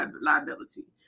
liability